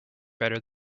better